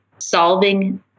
solving